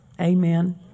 Amen